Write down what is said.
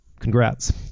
Congrats